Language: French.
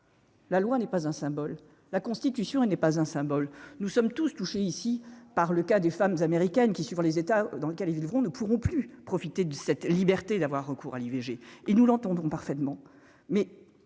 La loi n'est pas un symbole, la Constitution elle n'est pas un symbole : nous sommes tous touchés ici par le cas des femmes américaines qui, suivant les États dans laquelle ils vivront ne pourront plus profiter de cette liberté d'avoir recours à l'IVG et nous l'entendons parfaitement,